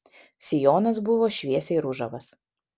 sijonas buvo šviesiai ružavas